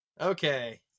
Okay